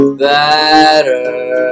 better